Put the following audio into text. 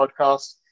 podcast